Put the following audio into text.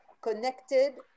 connected